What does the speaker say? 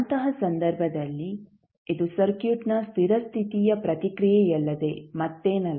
ಅಂತಹ ಸಂದರ್ಭದಲ್ಲಿ ಇದು ಸರ್ಕ್ಯೂಟ್ನ ಸ್ಥಿರ ಸ್ಥಿತಿಯ ಪ್ರತಿಕ್ರಿಯೆಯಲ್ಲದೆ ಮತ್ತೇನಲ್ಲ